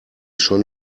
schon